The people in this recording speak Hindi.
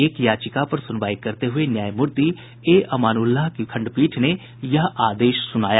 एक याचिका पर सुनवाई करते हुये न्यायमूर्ति ए अमानुल्लाह की पीठ ने यह आदेश सुनाया